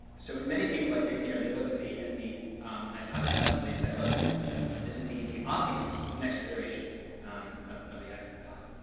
so for many people, i think you know they looked at the at the um ipod itself and they said, oh, this is this is the the obvious next iteration of of the ipod.